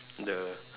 the